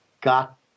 got